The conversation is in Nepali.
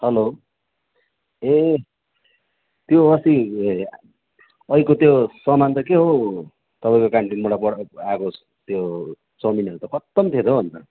हेलो ए त्यो अस्ति अघिको त्यो सामान त के हौ तपाईँको क्यानटिनबाट प आएको त्यो चाउमिनहरू त खत्तम थियो त अन्त